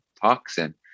toxin